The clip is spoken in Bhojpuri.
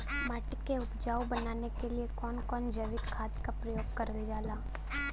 माटी के उपजाऊ बनाने के लिए कौन कौन जैविक खाद का प्रयोग करल जाला?